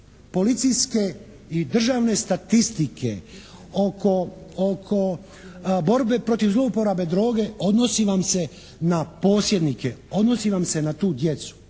policijske i državne statistike oko borbe protiv zlouporabe droge odnosi vam se na posjednike, odnosi vam se na tu djecu.